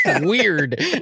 weird